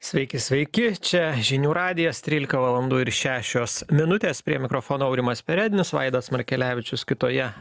sveiki sveiki čia žinių radijas trylika valandų ir šešios minutės prie mikrofono aurimas perednis vaidas markelevičius kitoje